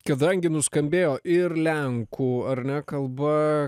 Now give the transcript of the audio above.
kadangi nuskambėjo ir lenkų ar ne kalba